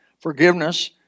forgiveness